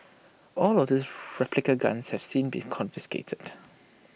all of his replica guns have since been confiscated